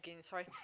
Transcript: sorry